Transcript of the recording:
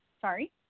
sorry